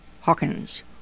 Hawkins